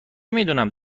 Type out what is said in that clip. میدونم